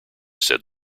said